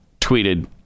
tweeted